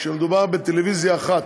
כשמדובר בטלוויזיה אחת,